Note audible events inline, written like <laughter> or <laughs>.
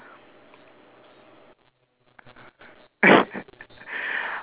<laughs>